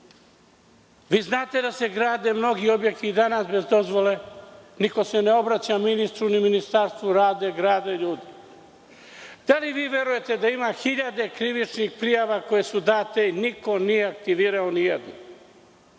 Vi znate da se grade mnogi objekti i danas bez dozvole, niko se ne obraća ministru ni ministarstvu, rade, grade ljudi. Da li vi verujete da ima hiljade krivičnih prijava koje su date i niko nije aktivirao ni jednu?